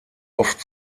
oft